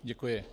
Děkuji.